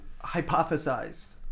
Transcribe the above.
hypothesize